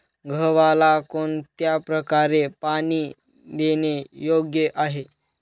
गव्हाला कोणत्या प्रकारे पाणी देणे योग्य आहे?